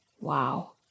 Wow